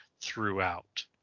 throughout